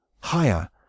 higher